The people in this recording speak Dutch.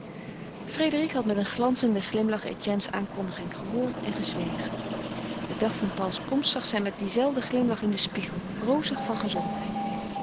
frédérique had met een glanzenden glimlach etienne's aankondiging gehoord en gezwegen den dag van pauls komst zag zij met dien zelfden glimlach in den spiegel rozig van gezondheid